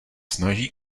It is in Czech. snaží